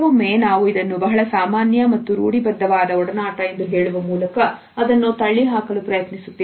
ಕೆಲವೊಮ್ಮೆ ನಾವು ಇದನ್ನು ಬಹಳ ಸಾಮಾನ್ಯ ಮತ್ತು ರೂಢಿ ಬದ್ಧವಾದ ಒಡನಾಟ ಎಂದು ಹೇಳುವ ಮೂಲಕ ಅದನ್ನು ತಳ್ಳಿಹಾಕಲು ಪ್ರಯತ್ನಿಸುತ್ತೇವೆ